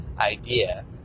Idea